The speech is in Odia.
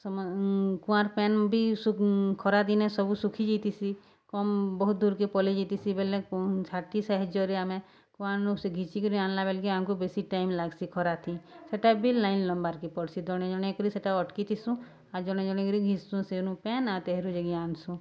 କୁଆଁର୍ ପାଏନ୍ ବି ଖରାଦିନେ ସବୁ ଶୁଖିଯାଇଥିସି କମ୍ ବହୁତ୍ ଦୂର୍କେ ପଲେଇଯାଏସି ବେଲେ ଛାଟି ସାହାଯ୍ୟରେ ଆମେ କୁଆଁର୍ନୁ ସେ ଘିଚିକରି ଆନ୍ଲା ବେଲ୍କେ ଆମ୍କୁ ବେଶୀ ଟାଇମ୍ ଲାଗ୍ସି ଖରାଥି ସେଟା ବି ଲାଇନ୍ ଲମ୍ବାର୍କେ ପଡ଼୍ସି ଜଣେ ଜଣେ କରି ସେଟା ଅଟ୍କିଥିସୁଁ ଆଉ ଜଣେ ଜଣେଇକରି ଘିଚ୍ସୁଁ ସେ ପାଏନ୍ ଆଉ ତେହରୁ ଯାଇକି ଆନ୍ସୁଁ